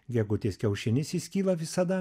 gegutės kiaušinis įskyla visada